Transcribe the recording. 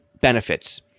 benefits